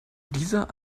dieser